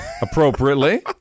appropriately